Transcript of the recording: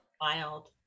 Wild